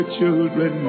children